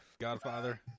Godfather